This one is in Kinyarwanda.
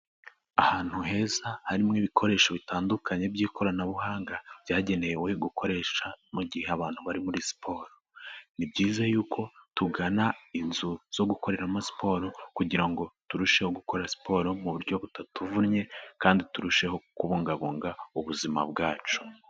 Ahantu heza harimo ibikoresho bitandukanye by'ikoranabuhanga byagenewe gukoresha mu gihe abantu bari muri siporo, ni byiza yuko tugana inzu zo gukoreramo siporo kugira ngo turusheho gukora siporo mu buryo butatuvunnye kandi turusheho kubungabunga ubuzima bwacu.